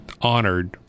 honored